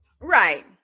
Right